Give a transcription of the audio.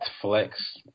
Flex